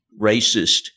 racist